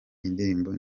indirimbo